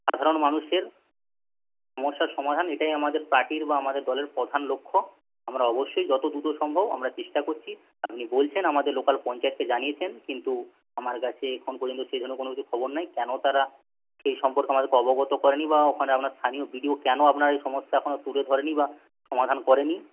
সাধারণ মানুষের সমস্যার সমাধান এটাই আমাদের পার্টির বা আমাদের দলের প্রধান লক্ষ্য আমরা অবশ্যই যত দ্রুত সম্ভব আমরা চেষ্টা করছি আপনি বলছেন আমাদের লোকাল পঞ্চায়েতকে জানিয়েছেন কিন্তু আমাদের কাছে এখনো পর্যন্ত সেই ধরণের কোন কিছু খবর নেই কেন তারা সেই সম্পর্কে আমাদেরকে অবগত করেনি বা ওখানে আপনার স্থানীয় বিডিও কেন আপনার এই সমস্যা এখনো তুলে ধরেনি বা সমাধান করেনি